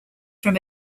from